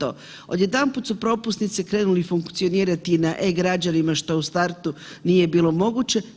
Odjedanput su propusnice krenule funkcionirati na e-Građanima što u startu nije bilo moguće.